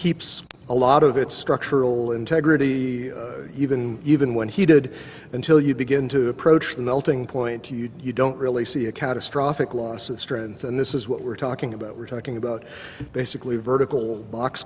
keeps a lot of its structural integrity even even when he did until you begin to approach the melting point you don't really see a catastrophic loss of strength and this is what we're talking about we're talking about basically vertical box